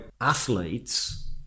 athletes